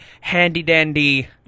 handy-dandy